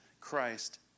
Christ